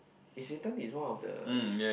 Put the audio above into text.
Isetan is one of the